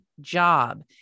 job